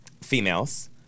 females